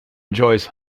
enjoys